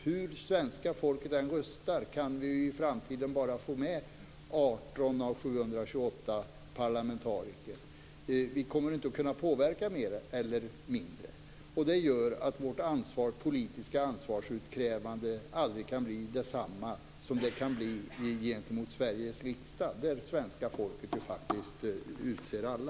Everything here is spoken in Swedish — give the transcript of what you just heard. Hur svenska folket än röstar kan vi i framtiden bara få med 18 av 728 parlamentariker. Vi kommer inte att kunna påverka mer eller mindre. Det gör att vårt politiska ansvarsutkrävande aldrig kan bli detsamma som det kan bli gentemot Sveriges riksdag, där svenska folket faktiskt utser alla.